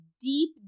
deep